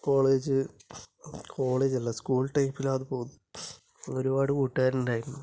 college കോളേജല്ല school ടൈമിലാണ് പോകുന്നത് ഒരുപാട് കൂട്ടുകാരുണ്ടായിരുന്നു